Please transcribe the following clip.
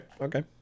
Okay